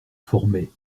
formait